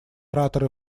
ораторы